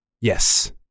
Yes